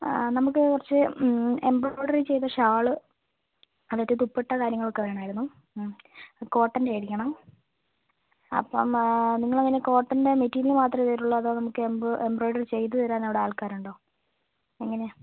നമുക്ക് കുറച്ച് എംബ്രോയ്ഡറി ചെയ്ത ഷാൾ അങ്ങനത്തെ ദുപ്പട്ട കാര്യങ്ങളൊക്കെ വേണമായിരുന്നു ഉം കോട്ടൻ്റെ ആയിരിക്കണം അപ്പം നിങ്ങൾ എങ്ങനെയാണ് കോട്ടൻ്റെ മെറ്റീരിയൽ മാത്രമേ തരുള്ളോ അതോ നമുക്ക് എം എംബ്രോയിഡറി ചെയ്തു തരാൻ അവിടെ ആൾക്കാരുണ്ടോ എങ്ങനെയാണ്